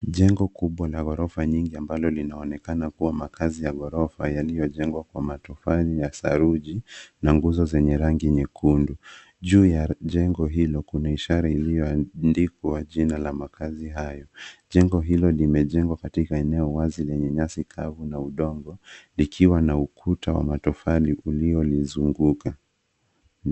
Jengo kubwa la ghorofa nyingi ambalo linaonekana kuwa makazi ya ghorofa, yaliyojengwa kwa motofali ya saruji na nguzo zenye rangi nyekundu. Juu ya jengo hilo, kuna ishara iliyoandikwa jina la makazi hayo. Jengo hilo limejengwa katika eneo wazi lenye nyasi kavu na udongo, likiwa na ukuta wa matofali uliolizunguka.